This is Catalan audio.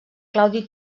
claudi